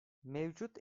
mevcut